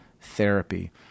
therapy